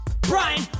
Brian